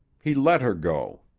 he let her go.